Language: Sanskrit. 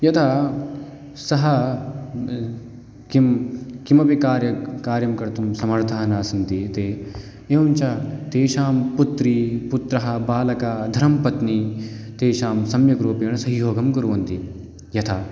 यथा सः किं किमपि कार्यं कार्यं कर्तुं समर्थः न सन्ति ते एवञ्च तेषां पुत्री पुत्रः बालकः धर्मपत्नी तेषाम् सम्यक्रूपेण संयोगं कुर्वन्ति यथा